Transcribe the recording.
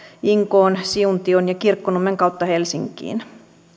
inkoon siuntion ja kirkkonummen kautta helsinkiin